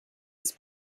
was